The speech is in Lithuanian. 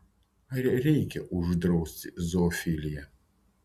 ar reikia uždrausti zoofiliją